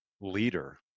leader